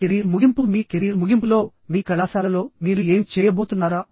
మీ career ముగింపుః మీ career ముగింపులో మీ కళాశాలలో మీరు ఏమి చేయబోతున్నారు